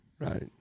right